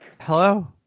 Hello